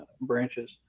branches